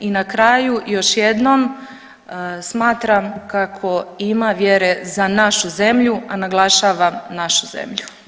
I na kraju još jednom smatram kako ima vjere za našu zemlju, a naglašavam našu zemlju.